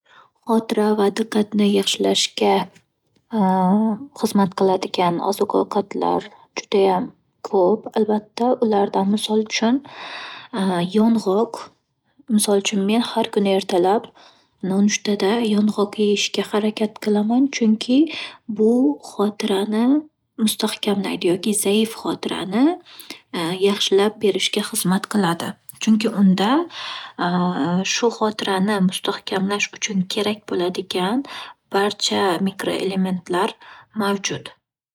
Xotira va diqqatni yaxshilashga xizmat qiladigan oziq-ovqatlar judayam ko'p albatta. Ulardan misol uchun: yong'oq. Misol uchun, men har kuni ertalab nonushtada yong'oq yeyishga harakat qilaman. Chunki, bu xotirani mustahkamlaydi yoki zaif xotirani yaxshilab berishga xizmat qiladi. Chunki, unda shu xotirani mustahkamlash uchun kerak b'ladigan barcha mikroelementlar mavjud.